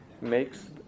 makes